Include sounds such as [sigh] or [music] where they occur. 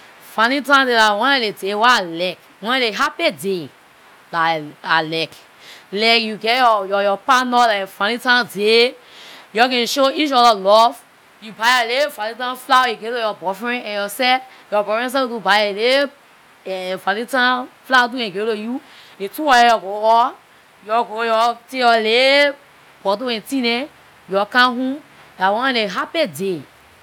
Valentine day dat one of the days wher I like, one of the happy day dat i- i like. Like you get your- your partner on valentine day, yor can show eachoda love. You buy yor ley valentine flower and you give to yor boyfriend, and yourself, yor boyfriend seh too buy his ley [hesitation] valentine flower too and give it to you. The two of yor go out- yor go your take yor ley bottle and things dem; yor come home, dah one of the happy day.